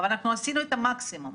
אבל עשינו את המקסימום.